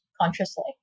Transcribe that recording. consciously